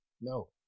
No